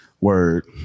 Word